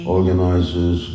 organizes